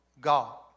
God